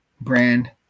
brand